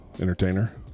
entertainer